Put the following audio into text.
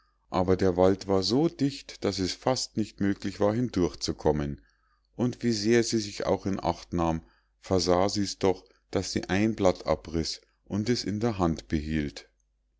aber der wald war so dicht daß es fast nicht möglich war hindurch zu kommen und wie sehr sie sich auch in acht nahm versah sie's doch daß sie ein blatt abriß und es in der hand behielt